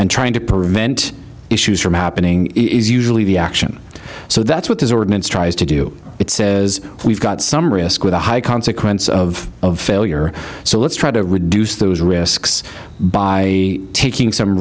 and trying to prevent issues from happening is usually the action so that's what this ordinance tries to do it says we've got some risk with a high consequence of failure so let's try to reduce those risks by taking some